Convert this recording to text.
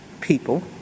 people